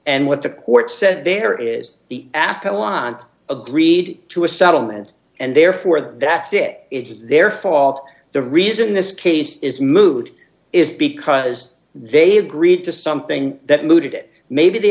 and what the court said there is the apple want agreed to a settlement and therefore that's it it's their fault the reason this case is moot is because they agreed to something that mooted it maybe they